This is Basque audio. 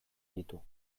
ditu